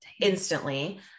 instantly